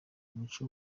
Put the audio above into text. umuco